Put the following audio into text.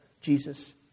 Jesus